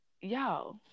y'all